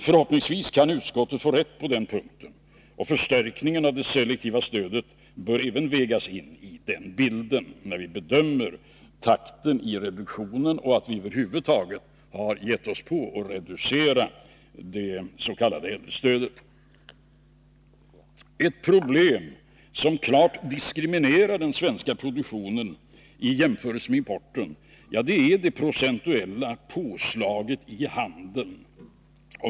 Förhoppningsvis kan utskottet få rätt på den punkten, och även förstärkningen av det selektiva stödet bör vägas in i bilden när vi bedömer takten i reduktionen och detta att vi över huvud taget har gett oss på att reducera det s.k. äldrestödet. Något som klart diskriminerar den svenska produktionen i jämförelse med importen är det procentuella påslaget i handeln.